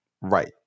Right